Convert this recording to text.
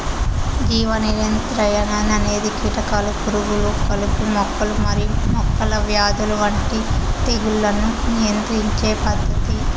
జీవ నియంత్రణ అనేది కీటకాలు, పురుగులు, కలుపు మొక్కలు మరియు మొక్కల వ్యాధుల వంటి తెగుళ్లను నియంత్రించే పద్ధతి